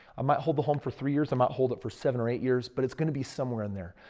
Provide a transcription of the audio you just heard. i might hold the home for three years, i might hold up for seven or eight years but it's going to be somewhere in there.